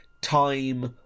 time